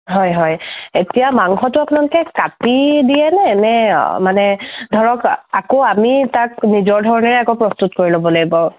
হয় হয় এতিয়া মাংসটো আপোনালোকে কাটি দিয়েনে নে মানে ধৰক আকৌ আমি তাক নিজৰ ধৰণেৰে আকৌ প্ৰস্তুত কৰি ল'ব লাগিব